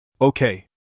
Okay